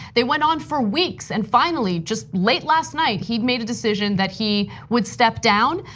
they went on for weeks. and finally, just late last night, he made a decision that he would step down,